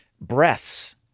breaths